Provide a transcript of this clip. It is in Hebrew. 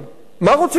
מה רוצים לעשות?